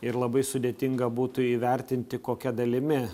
ir labai sudėtinga būtų įvertinti kokia dalimi